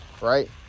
Right